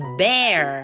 bear